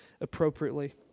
appropriately